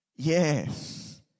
Yes